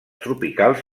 tropicals